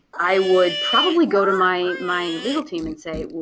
i would probably go to my my legal team and say,